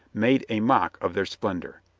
made a mock of their splendor.